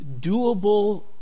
doable